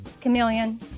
Chameleon